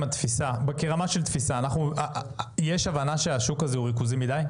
ברמת התפיסה, יש הבנה שהשוק הזה ריכוזי מדיי?